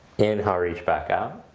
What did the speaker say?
inhale reach back out.